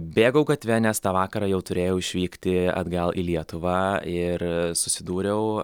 bėgau gatve nes tą vakarą jau turėjau išvykti atgal į lietuvą ir susidūriau